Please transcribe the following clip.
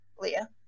Leah